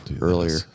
earlier